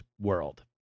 world